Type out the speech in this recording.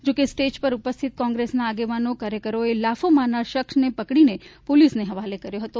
જોકે સ્ટેજ ઉપર ઉપસ્થિત કોંગ્રેસના આગેવાનો કાર્યકરોએ લાફો મારનાર શખ્સને પકડીને પોલીસને હવાલે કર્યો હતો